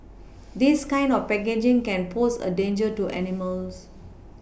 this kind of packaging can pose a danger to animals